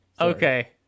Okay